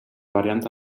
variant